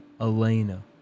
Elena